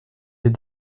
des